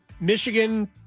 Michigan